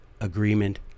agreement